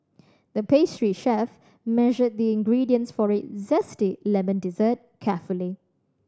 the pastry chef measured the ingredients for a zesty lemon dessert carefully